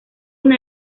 una